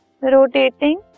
rotating